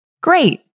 Great